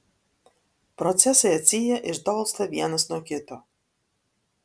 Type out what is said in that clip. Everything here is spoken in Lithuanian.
procesai atsyja ir tolsta vienas nuo kito